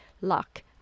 luck